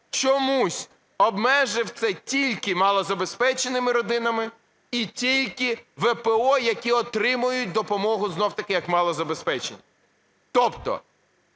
чомусь обмежив, це тільки малозабезпеченим родинам і тільки ВПО, які отримують допомогу знов-таки як малозабезпечені. Тобто